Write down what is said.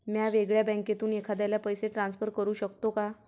म्या वेगळ्या बँकेतून एखाद्याला पैसे ट्रान्सफर करू शकतो का?